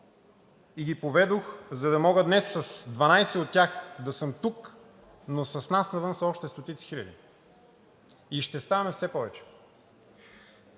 и ги поведох, за да мога днес с 12 от тях да съм тук, но с нас навън са още стотици хиляди. Ние ще ставаме все повече,